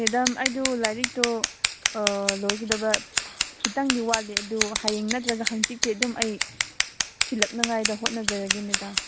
madam ꯑꯩꯗꯨ ꯂꯥꯏꯔꯤꯛꯇꯣ ꯂꯣꯏꯒꯗꯕ ꯈꯤꯇꯪꯗꯤ ꯋꯥꯠꯂꯤ ꯑꯗꯨ ꯍꯌꯦꯡ ꯅꯠꯇ꯭ꯔꯒ ꯍꯥꯡꯆꯤꯠꯇꯤ ꯑꯗꯨꯝ ꯑꯩ ꯊꯤꯜꯂꯛꯅꯉꯥꯏꯗ ꯍꯣꯠꯅꯖꯔꯒꯦ ꯃꯦꯗꯥꯝ